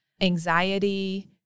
anxiety